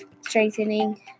strengthening